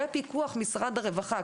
בפיקוח משרד הרווחה.